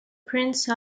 prince